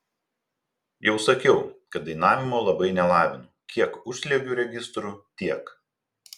jau sakiau kad dainavimo labai nelavinu kiek užsliuogiu registru tiek